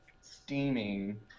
steaming